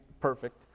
perfect